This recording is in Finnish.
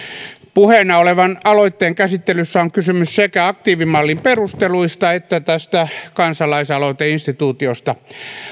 puheena olevan aloitteen käsittelyssä on kysymys sekä aktiivimallin perusteluista että tästä kansalaisaloiteinstituutiosta